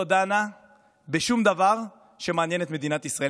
לא דנה בשום דבר שמעניין את מדינת ישראל.